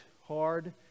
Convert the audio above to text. hard